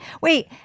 Wait